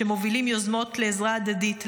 שמובילים יוזמות לעזרה הדדית,